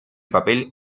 papel